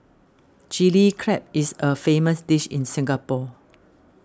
Chilli Crab is a famous dish in Singapore